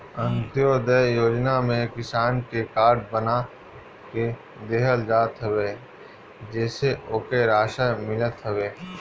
अन्त्योदय योजना में किसान के कार्ड बना के देहल जात हवे जेसे ओके राशन मिलत हवे